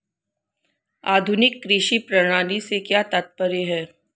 आधुनिक कृषि प्रणाली से क्या तात्पर्य है?